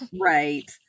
Right